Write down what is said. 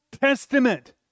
Testament